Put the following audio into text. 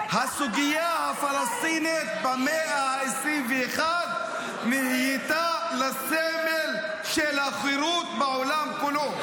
הסוגיה הפלסטינית במאה ה-21 נהייתה לסמל של החירות בעולם כולו.